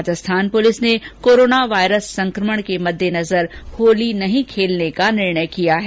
Rajasthan police ने corona virus संकमण के मद्देनजर होली नहीं खेलने का निर्णय किया है